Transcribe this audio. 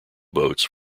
boats